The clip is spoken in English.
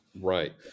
Right